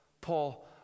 Paul